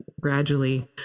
gradually